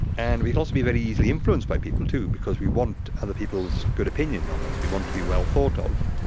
and we can also be very easily influenced by people too because we want other people's good opinion of us, we want to be well thought of.